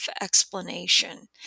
explanation